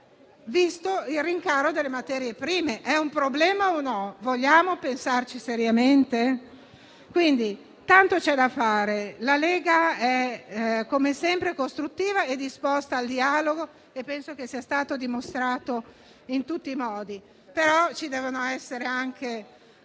visto il rincaro delle materie prime. È un problema o no? Vogliamo pensarci seriamente? Quindi, c'è da fare tanto e la Lega è sempre costruttiva e disposta al dialogo, come penso sia stato dimostrato in tutti i modi, ma ci deve essere anche